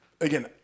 again